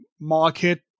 market